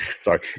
Sorry